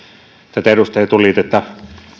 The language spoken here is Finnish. tätä edustaja etuliitettä